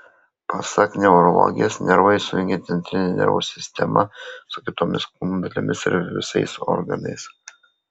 pasak neurologės nervai sujungia centrinę nervų sistemą su kitomis kūno dalimis ir visais organais